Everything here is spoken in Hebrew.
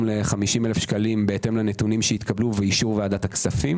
ל-50,000 שקל בהתאם לנתונים שיתקבלו ואישור ועדת הכספים.